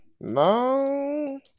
no